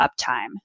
uptime